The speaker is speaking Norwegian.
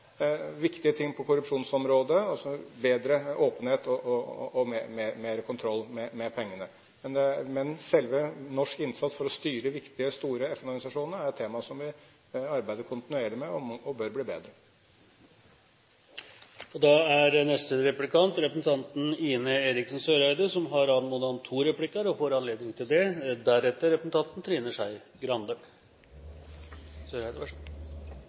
viktige ting på korrupsjonsområdet – større åpenhet og mer kontroll med pengene. Men den norske innsatsen for å styre viktige, store FN-organisasjoner er temaer som vi arbeider kontinuerlig med og bør bli bedre på. Neste replikant er Ine M. Eriksen Søreide, som har anmodet om to replikker og får anledning til det.